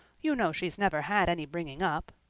you know she's never had any bringing up.